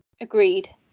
Agreed